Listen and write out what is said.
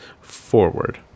Forward